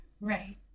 Right